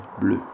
bleu